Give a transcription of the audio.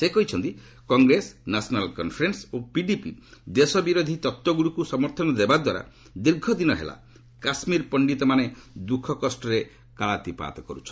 ସେ କହିଛନ୍ତି କଂଗ୍ରେସ ନ୍ୟାସନାଲ୍ କନ୍ଫରେନ୍ସ ଓ ପିଡିପି ଦେଶ ବିରୋଧୀ ତତ୍ୱଗୁଡ଼ିକୁ ସମର୍ଥନ ଦେବା ଦ୍ୱାରା ଦୀର୍ଘ ଦିନ ହେଲା କାଶ୍କୀର ପଣ୍ଡିତମାନେ ଦୁଃଖକଷ୍ଟରେ କାଳାତିପାତ କରୁଛନ୍ତି